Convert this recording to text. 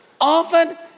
Often